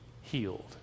healed